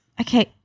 Okay